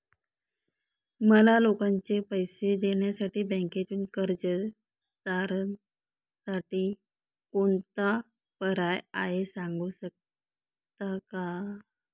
मला लोकांचे पैसे देण्यासाठी बँकेतून कर्ज तारणसाठी कोणता पर्याय आहे? सांगू शकता का?